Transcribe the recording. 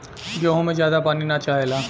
गेंहू में ज्यादा पानी ना चाहेला